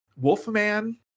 Wolfman